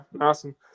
Awesome